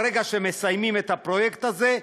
ברגע שמסיימים את הפרויקט הזה,